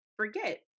forget